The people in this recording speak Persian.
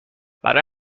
برای